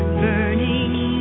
burning